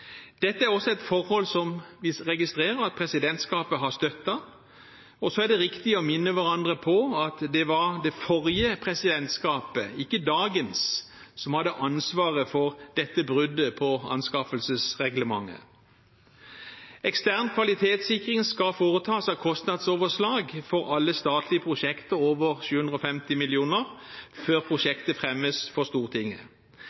Dette er også et forhold som vi registrerer at presidentskapet har støttet. Så er det riktig å minne hverandre på at det var det forrige presidentskapet, ikke dagens, som hadde ansvaret for dette bruddet på anskaffelsesreglementet. Ekstern kvalitetssikring av kostnadsoverslag for alle statlige prosjekter over 750 mill. kr skal foretas før